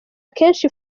akenshi